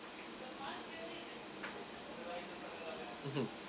mmhmm